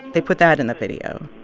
they put that in the video